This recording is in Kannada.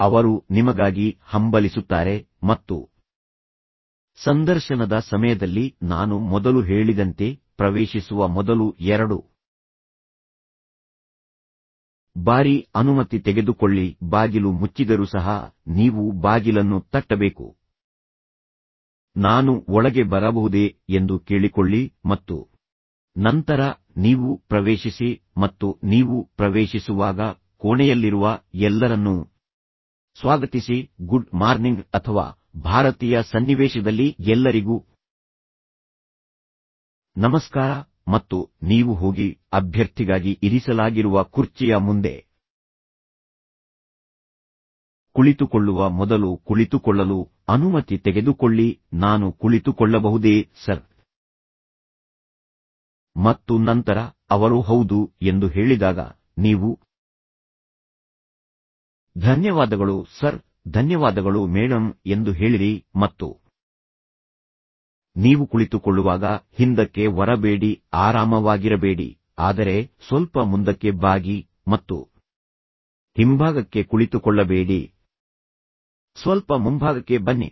ಅವರು ನಿಮಗಾಗಿ ಹಂಬಲಿಸುತ್ತಾರೆ ಮತ್ತು ಸಂದರ್ಶನದ ಸಮಯದಲ್ಲಿ ನಾನು ಮೊದಲು ಹೇಳಿದಂತೆ ಪ್ರವೇಶಿಸುವ ಮೊದಲು ಎರಡು ಬಾರಿ ಅನುಮತಿ ತೆಗೆದುಕೊಳ್ಳಿ ಬಾಗಿಲು ಮುಚ್ಚಿದರೂ ಸಹ ನೀವು ಬಾಗಿಲನ್ನು ತಟ್ಟಬೇಕು ನಾನು ಒಳಗೆ ಬರಬಹುದೇ ಎಂದು ಕೇಳಿಕೊಳ್ಳಿ ಮತ್ತು ನಂತರ ನೀವು ಪ್ರವೇಶಿಸಿ ಮತ್ತು ನೀವು ಪ್ರವೇಶಿಸುವಾಗ ಕೋಣೆಯಲ್ಲಿರುವ ಎಲ್ಲರನ್ನೂ ಸ್ವಾಗತಿಸಿ ಗುಡ್ ಮಾರ್ನಿಂಗ್ ಅಥವಾ ಭಾರತೀಯ ಸನ್ನಿವೇಶದಲ್ಲಿ ಎಲ್ಲರಿಗೂ ನಮಸ್ಕಾರ ಮತ್ತು ನೀವು ಹೋಗಿ ಅಭ್ಯರ್ಥಿಗಾಗಿ ಇರಿಸಲಾಗಿರುವ ಕುರ್ಚಿಯ ಮುಂದೆ ಕುಳಿತುಕೊಳ್ಳುವ ಮೊದಲು ಕುಳಿತುಕೊಳ್ಳಲು ಅನುಮತಿ ತೆಗೆದುಕೊಳ್ಳಿ ನಾನು ಕುಳಿತುಕೊಳ್ಳಬಹುದೇ ಸರ್ ಮತ್ತು ನಂತರ ಅವರು ಹೌದು ಎಂದು ಹೇಳಿದಾಗ ನೀವು ಧನ್ಯವಾದಗಳು ಸರ್ ಧನ್ಯವಾದಗಳು ಮೇಡಂ ಎಂದು ಹೇಳಿರಿ ಮತ್ತು ನೀವು ಕುಳಿತುಕೊಳ್ಳುವಾಗ ಹಿಂದಕ್ಕೆ ಒರಗಬೇಡಿ ಆರಾಮವಾಗಿರಬೇಡಿ ಆದರೆ ಸ್ವಲ್ಪ ಮುಂದಕ್ಕೆ ಬಾಗಿ ಮತ್ತು ಹಿಂಭಾಗಕ್ಕೆ ಕುಳಿತುಕೊಳ್ಳಬೇಡಿ ಸ್ವಲ್ಪ ಮುಂಭಾಗಕ್ಕೆ ಬನ್ನಿ